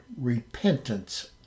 repentance